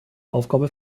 aufgabe